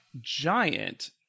giant